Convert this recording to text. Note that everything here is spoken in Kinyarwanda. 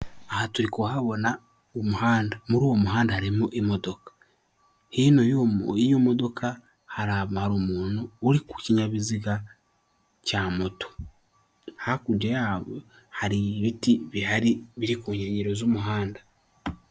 Aha turi kuhabona umuhanda, muri uwo muhanda harimo imodoka, hino y'iyo modoka, hari umuntu uri ku kinyabiziga cya moto, hakurya yaho hari ibiti bihari biri ku nkengero z'umuhanda.